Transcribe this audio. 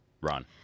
run